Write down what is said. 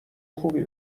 خوبی